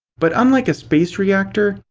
but unlike a space reactor,